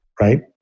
right